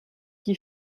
qui